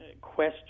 question